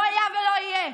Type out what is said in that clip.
לא היה ולא יהיה.